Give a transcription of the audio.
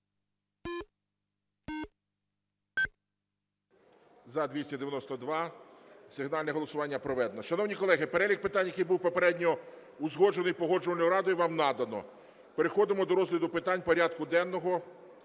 За-292 Сигнальне голосування проведено. Шановні колеги, перелік питань, який був попередньо узгоджений Погоджувальною радою, вам надано. Переходимо до розгляду питань порядку денного.